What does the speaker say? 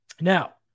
Now